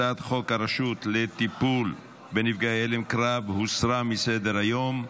הצעת חוק הרשות לטיפול בנפגעי הלם קרב הוסרה מסדר-היום.